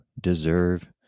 deserve